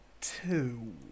two